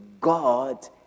God